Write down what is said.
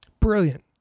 Brilliant